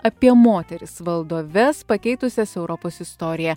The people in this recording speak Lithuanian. apie moteris valdoves pakeitusias europos istoriją